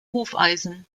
hufeisen